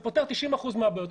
זה פותר 90% מהבעיות.